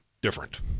different